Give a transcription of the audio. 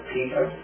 Peter